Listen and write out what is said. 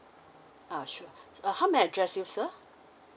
ah sure uh how may I address you sir